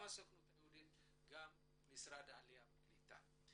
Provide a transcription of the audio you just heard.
גם הסוכנות היהודית וגם משרד העלייה והקליטה.